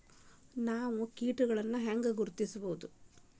ನಾವ್ ಕೇಟಗೊಳ್ನ ಹ್ಯಾಂಗ್ ಗುರುತಿಸೋದು?